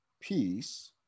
peace